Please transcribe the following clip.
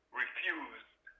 refused